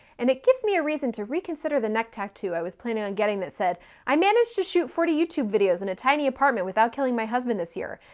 and it gives me a reason to reconsider the neck tattoo i was planning on getting that said i managed to shoot forty youtube videos in a tiny apartment without killing my husband this year,